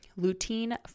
lutein